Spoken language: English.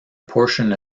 portion